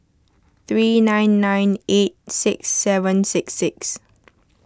three nine nine eight six seven six six